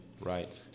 right